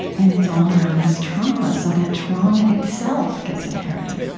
and it's all around this trauma, so that trauma itself gets inherited